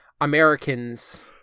Americans